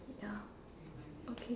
ya okay